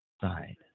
side